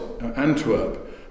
Antwerp